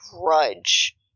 grudge